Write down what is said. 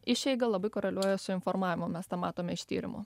išeiga labai koreliuoja su informavimu mes tą matome iš tyrimų